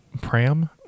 pram